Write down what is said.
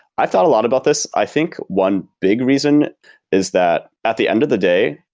i've thought a lot about this. i think one big reason is that at the end of the day,